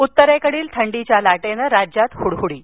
उत्तरेकडील थंडीच्या लाटेनं राज्यात हडहडी